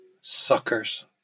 Suckers